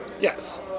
Yes